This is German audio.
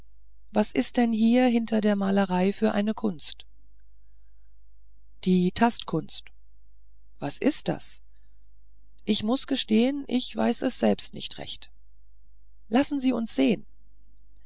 was ist denn hier hinter der malerei für eine kunst die tastkunst was ist das ich muß gestehen ich weiß es selbst nicht recht lassen sie uns sehen